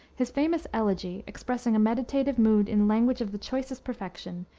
his famous elegy, expressing a meditative mood in language of the choicest perfection,